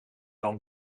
dan